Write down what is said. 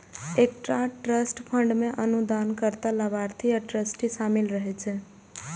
एकटा trust fund मे अनुदानकर्ता, लाभार्थी आ ट्रस्टी शामिल रहै छै